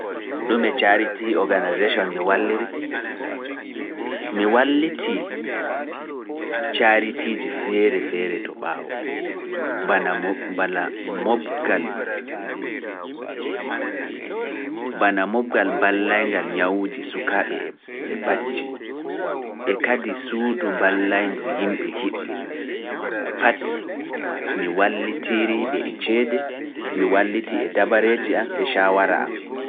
Ɗume cariti organisation mi walliri, mi wallitii caritiiji feere feere to ɓaawo, bana moɓgal mballayngal ñawuuji sukaaɓe e bacci, e kadi suudu mballayndu yimɓe hiɓɓe, pat mi wallitirii ɓe e ceede, mi wallitii e dabareeji am e shaawara am.